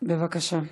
בבקשה.